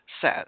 says